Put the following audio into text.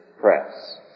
press